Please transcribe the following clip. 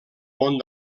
món